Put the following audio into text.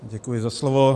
Děkuji za slovo.